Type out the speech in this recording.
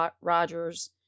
Rogers